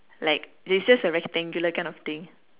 like it's just a rectangular kind of thing